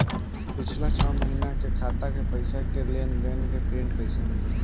पिछला छह महीना के खाता के पइसा के लेन देन के प्रींट कइसे मिली?